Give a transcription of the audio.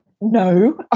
no